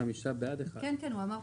חמישה נגד אחד נמנע.